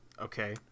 Okay